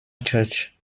church